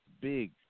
big